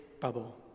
bubble